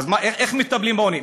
אז איך מטפלים בעוני?